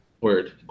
Word